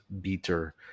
beater